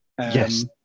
Yes